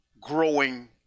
growing